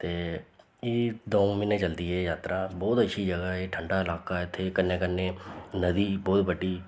ते एह् दो म्हीने चलदी ऐ जातरा बोह्त अच्छी जगह् ऐ ठंडा लाका इत्थै कन्नै कन्नै नदी बोह्त बड्डी